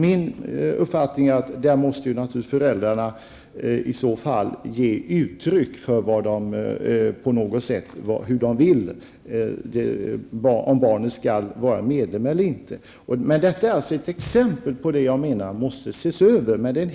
Min uppfattning är att föräldrarna naturligtvis på något sätt måste få ge uttryck för hur de vill ha det, om barnen skall vara medlemmar eller inte. Det är alltså ett exempel på sådant som måste ses över.